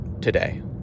today